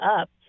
up